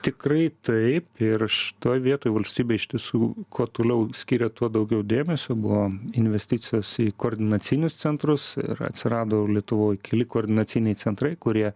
tikrai taip ir šitoj vietoj valstybė iš tiesų kuo toliau skiria tuo daugiau dėmesio buvo investicijos į koordinacinius centrus ir atsirado lietuvoj keli koordinaciniai centrai kurie